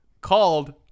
called